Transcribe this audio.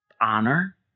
honor